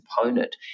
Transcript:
component